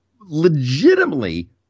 legitimately